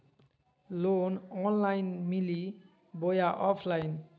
Loan online मिली बोया offline?